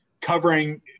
covering